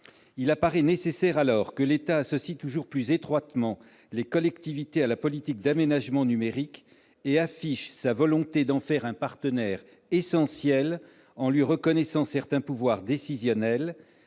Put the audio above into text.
d'aménagement numérique. Alors que l'État associe toujours plus étroitement les collectivités à la politique d'aménagement numérique et affiche sa volonté de faire d'elles un partenaire essentiel en leur reconnaissant certains pouvoirs décisionnels,